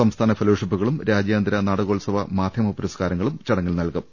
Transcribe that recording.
സംസ്ഥാന ഫെലോഷിപ്പുകളും രാജ്യാന്തര നാടകോത്സവ മാധ്യമ പുരസ്കാരങ്ങളും ചടങ്ങിൽ നൽകും